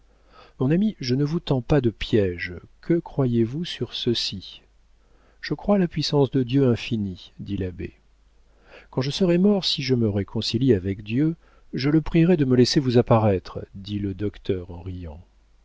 mon ami je ne vous tends pas de piége que croyez-vous sur ceci je crois la puissance de dieu infinie dit l'abbé quand je serai mort si je me réconcilie avec dieu je le prierai de me laisser vous apparaître dit le docteur en riant